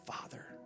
father